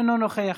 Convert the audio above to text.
אינו נוכח.